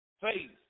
faith